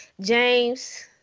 James